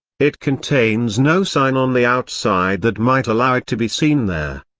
it contains no sign on the outside that might allow it to be seen there.